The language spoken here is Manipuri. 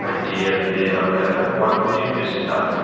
ꯅꯥꯏꯟꯇꯤ ꯑꯗꯨꯨꯗꯤ ꯑꯩꯈꯣꯏ ꯑꯗꯣ ꯋꯥꯟ ꯐꯣꯔꯇꯤ ꯔꯨꯄꯤꯁ ꯇꯥꯔꯅꯤ